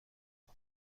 کنم